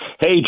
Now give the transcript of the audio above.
Hey